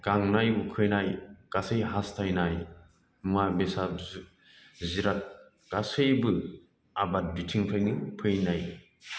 गांनाय उखैनाय गासै हास्थायनाय मुवा बेसाद जिराद गासैबो आबाद बिथिंनिफ्रायनो फैनाय